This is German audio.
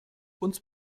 uns